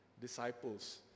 disciples